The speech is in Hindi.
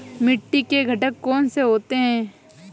मिट्टी के घटक कौन से होते हैं?